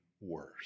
worse